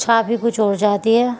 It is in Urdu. چھاپی کچھ اور جاتی ہے